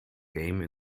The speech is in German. game